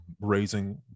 raising